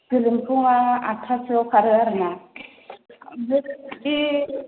होजोंथ' आदथासोआव खारो आरोना ओमफ्राय बे